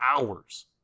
hours